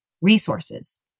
resources